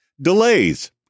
Delays